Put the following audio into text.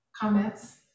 comments